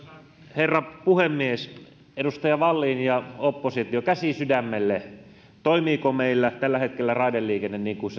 herra puhemies edustaja wallin ja oppositio käsi sydämelle toimiiko meillä tällä hetkellä raideliikenne niin kuin